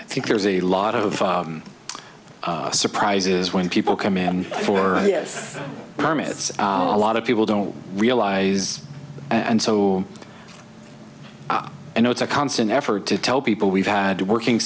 i think there's a lot of surprises when people come in for permits a lot of people don't realize and so you know it's a constant effort to tell people we've had working